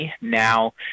Now